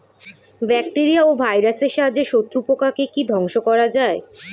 Bacteria ও ভাইরাসের সাহায্যে শত্রু পোকাকে কি ধ্বংস করা যায়?